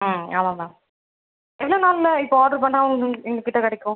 ஆ ஆமாம் மேம் எவ்வளோ நாளில் இப்போ ஆட்ரு பண்ணிணா உங் உங்கள்கிட்ட கிடைக்கும்